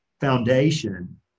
foundation